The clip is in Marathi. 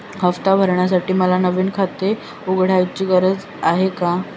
हफ्ता भरण्यासाठी मला नवीन खाते उघडण्याची गरज आहे का?